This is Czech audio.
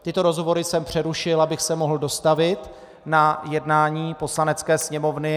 Tyto rozhovory jsem přerušil, abych se mohl dostavit na jednání Poslanecké sněmovny.